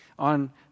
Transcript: On